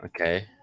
Okay